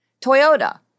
Toyota